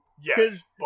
yes